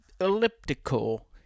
elliptical